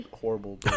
horrible